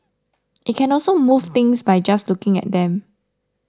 it can also move things by just looking at them